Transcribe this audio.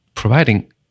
Providing